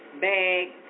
bag